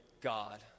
God